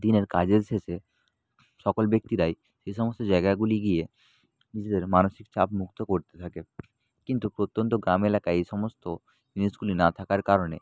দিনের কাজের শেষে সকল ব্যক্তিরাই সে সমস্ত জায়গাগুলি গিয়ে নিজেদের মানসিক চাপ মুক্ত করতে থাকে কিন্তু প্রত্যন্ত গ্রাম এলাকায় এই সমস্ত জিনিসগুলি না থাকার কারণে